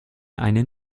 einen